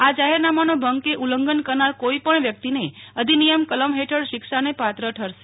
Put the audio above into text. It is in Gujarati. આ જાહેરનામાનો ભંગ કે ઉલ્લંઘન કરનાર કોઈ પણ વ્યક્તિને અધિનિયમ કલમ હેઠળ શિક્ષાને પાત્ર ઠરશે